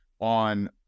on